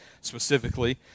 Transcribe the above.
specifically